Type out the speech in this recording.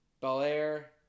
Belair